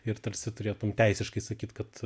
ir tarsi turėtum teisiškai sakyt kad